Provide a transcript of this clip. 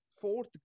fourth